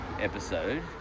episode